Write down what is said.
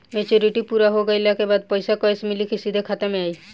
Maturity पूरा हो गइला के बाद पईसा कैश मिली की सीधे खाता में आई?